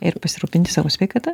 ir pasirūpinti savo sveikata